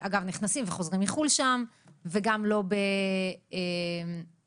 בנחיתה לפחות, או שאנחנו לא מעוניינים בזה?